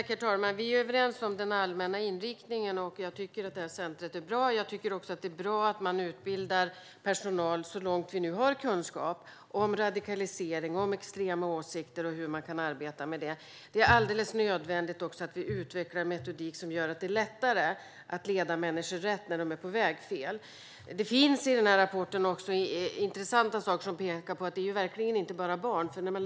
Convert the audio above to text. Herr talman! Vi är överens om den allmänna inriktningen. Jag tycker att detta centrum är bra. Jag tycker att det är bra att man utbildar personal, så långt det finns kunskap, i fråga om radikalisering, extrema åsikter och hur de kan arbeta med det. Det är också alldeles nödvändigt att vi utvecklar metodik som gör att det är lättare att leda människor rätt när de är på väg åt fel håll. Det finns i rapporten intressanta saker som pekar på att det inte bara handlar om barn.